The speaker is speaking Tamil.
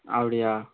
அப்படியா